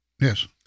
Yes